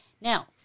Now